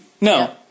No